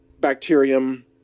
bacterium